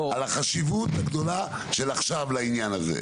על החשיבות הגדולה של עכשיו לעניין הזה.